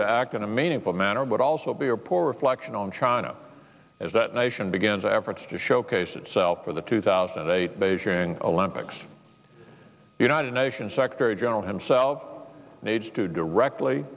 to act in a meaningful manner but also be a poor reflection on china as that nation begins efforts to showcase itself for the two thousand and eight beijing olympics united nations secretary general himself needs to directly